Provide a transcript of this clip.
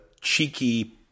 cheeky